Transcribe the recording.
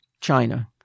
China